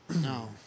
No